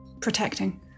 protecting